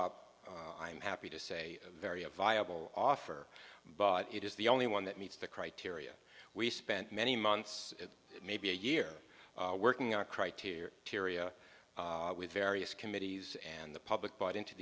op i'm happy to say very a viable offer but it is the only one that meets the criteria we spent many months maybe a year working on criteria tyria with various committees and the public bought into